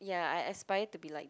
ya I aspire to be like